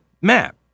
map